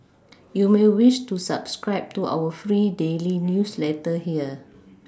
you may wish to subscribe to our free daily newsletter here